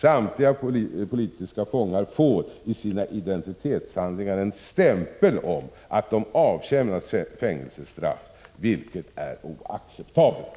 Samtliga politiska fångar får i sina identitetshandlingar en stämpel om att de avtjänat fängelsestraff, vilket är oacceptabelt.